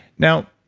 now,